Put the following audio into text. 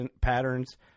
patterns